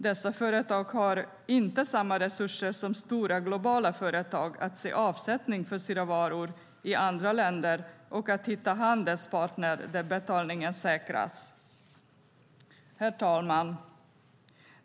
Dessa företag har inte samma resurser som stora, globala företag att se avsättning för sina varor i andra länder och att hitta handelspartner där betalningen säkras. Herr talman!